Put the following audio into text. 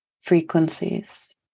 frequencies